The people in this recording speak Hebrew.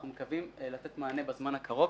אנחנו מקווים לתת מענה בזמן הקרוב